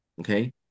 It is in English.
okay